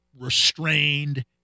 restrained